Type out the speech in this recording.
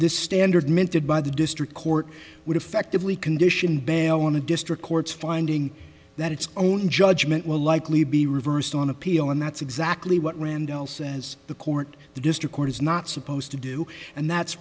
this standard minted by the district court would effectively condition bell in the district court's finding that its own judgement will likely be reversed on appeal and that's exactly what randell says the court the district court is not supposed to do and that's